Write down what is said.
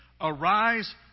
Arise